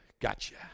gotcha